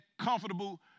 comfortable